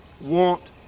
want